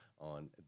on